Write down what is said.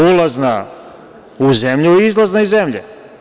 Ulazna u zemlju i izlazna iz zemlje.